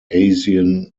asian